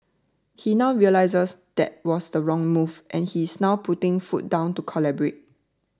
he now realises that was the wrong move and he is now putting foot down to collaborate